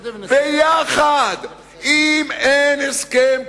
אם אין הסכם כולל,